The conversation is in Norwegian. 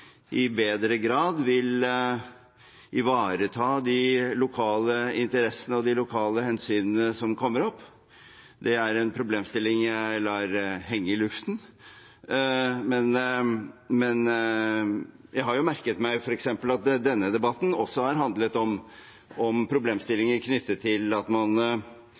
grad vil ivareta de lokale interessene og de lokale hensynene som kommer opp. Det er en problemstilling jeg lar henge i luften. Jeg har merket meg f.eks. at denne debatten også har handlet om problemstillinger knyttet til en mistenkeliggjøring rundt at dette skal brukes som et ledd i tvangssammenslåingsprosesser, eller at man